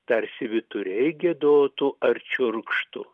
tarsi vyturiai giedotų ar čiurkštų